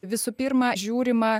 visų pirma žiūrima